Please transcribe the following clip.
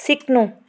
सिक्नु